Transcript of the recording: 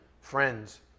friends